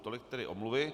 Tolik tedy omluvy.